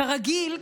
כרגיל,